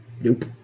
nope